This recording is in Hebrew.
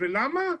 ולמה?